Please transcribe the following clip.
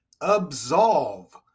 absolve